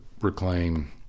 reclaim